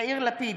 יאיר לפיד,